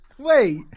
Wait